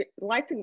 life